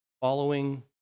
following